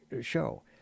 show